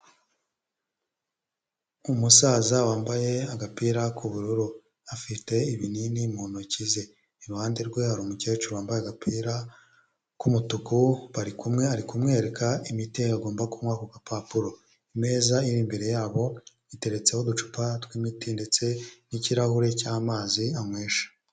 Umusaza wambaye agapira k'ubururu afite ibinini mu ntoki ze iruhande rwe hari umukecuru wambaye agapira k'umutuku barikumwe, ari kumwereka imiti ye agomba kunywa ku gapapuro, imeza iri imbere yabo iteretseho uducupa tw'imiti ndetse n'ikirahure cy'amazi anywesha.